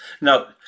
now